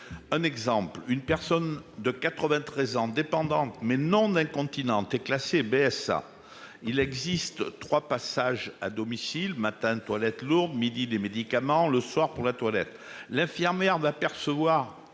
Un exemple, une personne de 93 ans dépendante mais non d'un continent est classé BSA, il existe 3 passages à domicile matin toilette lourde midi des médicaments le soir pour la toilette, l'infirmière d'apercevoir.